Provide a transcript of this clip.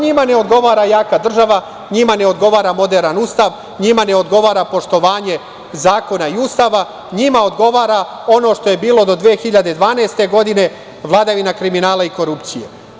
Njima ne odgovara jaka država, njima ne odgovara moderan Ustav, njima ne odgovara poštovanje zakona i Ustava, njima odgovara ono što je bilo do 2012. godine, vladavina kriminala i korupcije.